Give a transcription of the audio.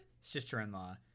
sister-in-law